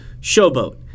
Showboat